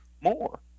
More